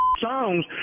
songs